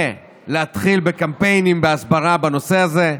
ולהתחיל בקמפיינים ובהסברה בנושא הזה.